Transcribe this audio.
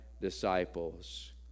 disciples